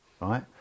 right